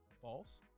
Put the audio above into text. false